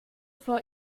vor